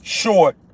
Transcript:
short